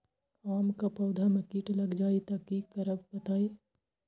आम क पौधा म कीट लग जई त की करब बताई?